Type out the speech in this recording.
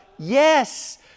Yes